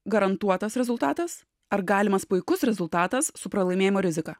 garantuotas rezultatas ar galimas puikus rezultatas su pralaimėjimo rizika